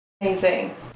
Amazing